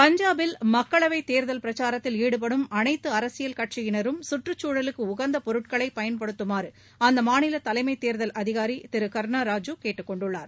பஞ்சாபில் மக்களவை தேர்தல் பிரச்சாரத்தில் ஈடுபடும் அனைத்த அரசியல் கட்சியினரும் சுற்றுச்சூழலுக்கு உகந்த பொருட்களை பயன்படுத்துமாறு அம்மாநில தலைமை தேர்தல் அதிகாரி திரு கர்ணா ராஜு கேட்டுக்கொண்டுள்ளார்